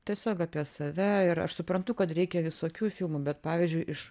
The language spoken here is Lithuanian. tiesiog apie save ir aš suprantu kad reikia visokių filmų bet pavyzdžiui iš